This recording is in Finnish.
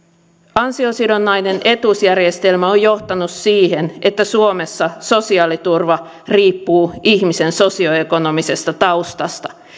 ansiosidonnainen etuusjärjestelmä on johtanut siihen että suomessa sosiaaliturva riippuu ihmisen sosioekonomisesta taustasta